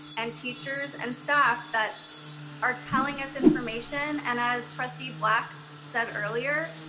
and teachers and staff that are telling us information. and as trustee black said earlier,